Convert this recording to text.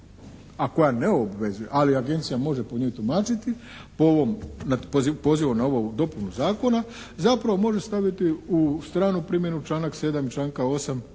koja ne obvezuje, ali agencija može po njoj tumačiti o ovom pozivu na ovu dopunu zakona, zapravo može staviti u stranu primjenu članak 7. i članka